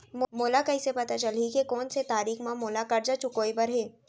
मोला कइसे पता चलही के कोन से तारीक म मोला करजा चुकोय बर हे?